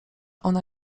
ona